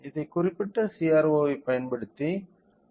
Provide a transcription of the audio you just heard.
இந்த குறிப்பிட்ட CRO வைப் பயன்படுத்தி அவுட்புட்டை மீண்டும் அளவிட முடியும்